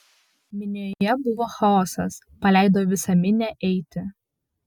minioje buvo chaosas paleido visą minią eiti